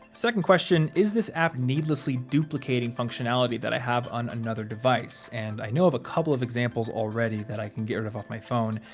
second question, is this app needlessly duplicating functionality that i have on another device? and i know of a couple of examples already that i can get rid of on my phone.